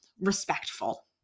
respectful